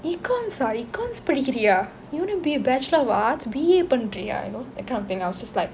econs ah econs படிக்கிறியா:padikkiriya you want to be a bachelor of arts B_A பண்ணுறியா:pannuriya you know that kind of thing I was just like